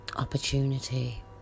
Opportunity